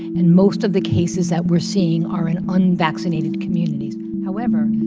and most of the cases that we're seeing are in unvaccinated communities. however.